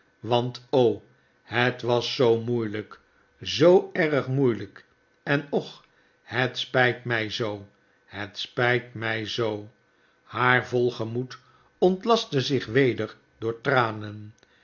want o het was zoo moeielyk zoo erg moeielijk en och het spijt my zoo het spyt my zoo haar vol gemoed ontlastte zich weder door tranen